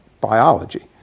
biology